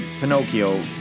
Pinocchio